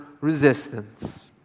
Resistance